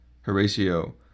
Horatio